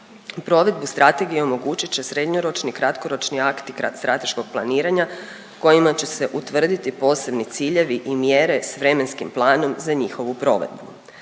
Provedbu strategije omogućit će srednjoročni i kratkoročni akti strateškog planiranja kojima će se utvrditi posebni ciljevi i mjere s vremenskim planom za njihovu provedbu.